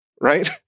right